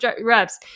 reps